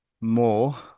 more